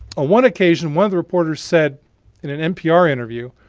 ah one occasion one of the reporters said in an npr interview,